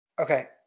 Okay